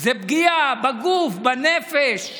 זה פגיעה בגוף, בנפש,